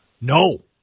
No